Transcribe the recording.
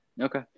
Okay